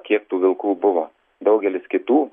kiek tų vilkų buvo daugelis kitų